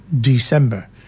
December